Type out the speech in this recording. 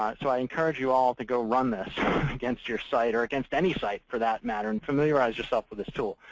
so i encourage you all to go run this against your site or against any site, for that matter and familiarize yourself with this tool.